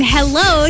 Hello